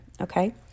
Okay